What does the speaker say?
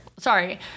Sorry